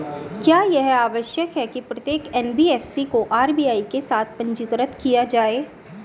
क्या यह आवश्यक है कि प्रत्येक एन.बी.एफ.सी को आर.बी.आई के साथ पंजीकृत किया जाए?